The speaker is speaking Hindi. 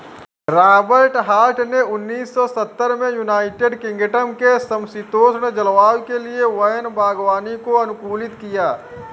रॉबर्ट हार्ट ने उन्नीस सौ सत्तर में यूनाइटेड किंगडम के समषीतोष्ण जलवायु के लिए वैन बागवानी को अनुकूलित किया